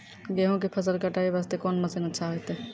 गेहूँ के फसल कटाई वास्ते कोंन मसीन अच्छा होइतै?